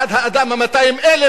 עד האדם ה-200,000,